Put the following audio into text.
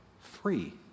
free